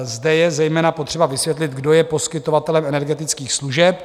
Zde je zejména potřeba vysvětlit, kdo je poskytovatelem energetických služeb.